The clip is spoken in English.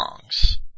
songs